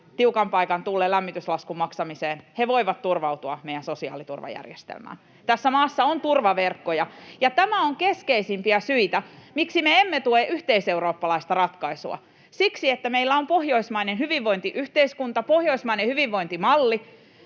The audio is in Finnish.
tiukan paikan tullen lämmityslaskun maksamiseen, voivat turvautua sosiaaliturvajärjestelmään. Tässä maassa on turvaverkkoja, ja tämä on keskeisimpiä syitä, miksi me emme tue yhteiseurooppalaista ratkaisua — siksi, että meillä on pohjoismainen hyvinvointiyhteiskunta, pohjoismainen hyvinvointimalli,